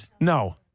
No